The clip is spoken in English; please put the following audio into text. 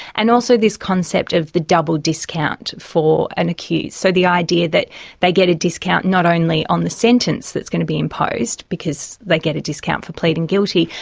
and also this concept of the double discount for an accused, so the idea that they get a discount not only on the sentence that's going to be imposed, because they get a discount for pleading guilty,